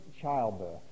childbirth